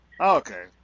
Okay